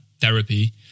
therapy